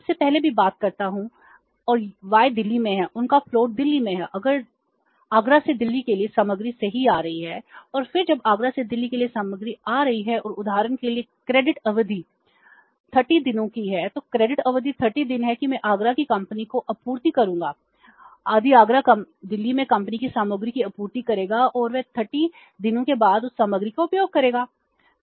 मैं आपसे पहले भी बात करता हूं और y दिल्ली में है उनका प्लांट 30 दिनों की है तो क्रेडिट अवधि 30 दिन है कि मैं आगरा की कंपनी को आपूर्ति करूंगा आदि आगरा दिल्ली में कंपनी को सामग्री की आपूर्ति करेगा और वे 30 दिनों के बाद उस सामग्री का उपयोग करेंगे